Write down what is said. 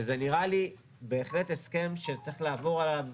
שזה נראה לי בהחלט הסכם, שצריך לעבור עליו,